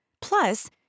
Plus